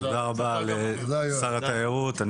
תודה רבה לשר התיירות,